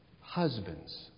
husbands